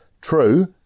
True